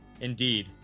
Indeed